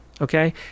okay